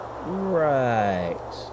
Right